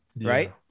right